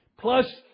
Plus